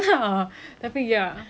no I'm blaming the fact that I'm happy